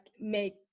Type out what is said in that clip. make